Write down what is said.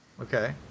Okay